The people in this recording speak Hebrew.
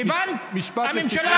משפט לסיכום.